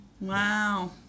Wow